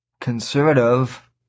conservative